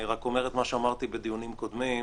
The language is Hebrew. אני רק אומר את מה שאמרתי בדיונים קודמים.